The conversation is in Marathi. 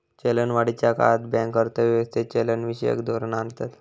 चलनवाढीच्या काळात बँक अर्थ व्यवस्थेत चलनविषयक धोरण आणतत